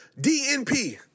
DNP